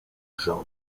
rząd